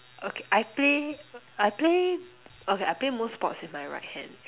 okay I play I play okay I play most sports with my right hand